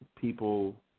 people